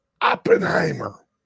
Oppenheimer